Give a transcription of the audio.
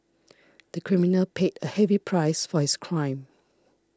the criminal paid a heavy price for his crime